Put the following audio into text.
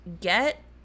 get